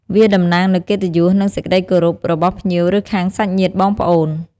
វាតំណាងនូវកិត្តិយស និងសេចក្ដីគោរពរបស់ភ្ញៀវឬខាងសាច់ញាតិបងប្អូន។